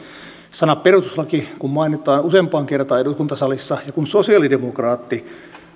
sana perustuslaki kun mainitaan useampaan kertaan eduskuntasalissa ja kun sosialidemokraatti